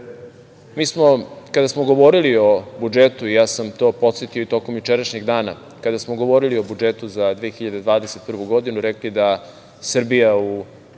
sada, kada smo govorili o budžetu, ja sam to podsetio i tokom jučerašnjeg dana, kada smo govorili o budžetu za 2021. godinu, rekli da Srbija u